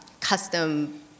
custom